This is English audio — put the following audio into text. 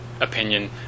opinion